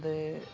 ते